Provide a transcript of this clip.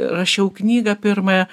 rašiau knygą pirmąją